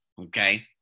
okay